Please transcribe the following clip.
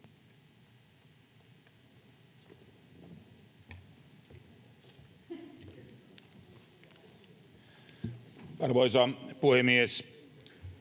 Arvoisa puhemies!